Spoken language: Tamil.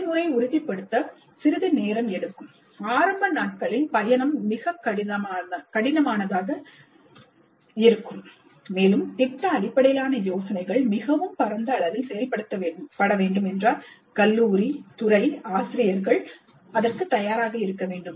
செயல்முறை உறுதிப்படுத்த சிறிது நேரம் எடுக்கும் ஆரம்ப ஆரம்ப நாட்களில் பயணம் மிகவும் கடினமானதாக இருக்கும் மேலும் திட்ட அடிப்படையிலான யோசனைகள் மிகவும் பரந்த அளவில் செயல்படுத்தப்பட வேண்டும் என்றால் கல்லூரி துறை ஆசிரியர்கள் அதற்குத் தயாராக இருக்க வேண்டும்